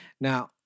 Now